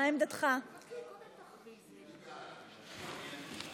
הצעת ועדת הכנסת בדבר העברת ההצעה לסדר-היום